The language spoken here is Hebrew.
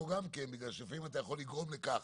צריך לתכנן אותו גם כן בגלל שלפעמים אתה יכול לגרום לכך